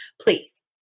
please